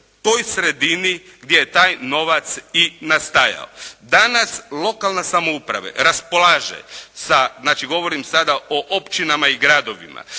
toj sredini gdje je taj novac i nastajao. Danas lokalna samouprava raspolaže sa, znači govorim sada o općinama i gradovima,